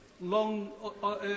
long